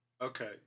Okay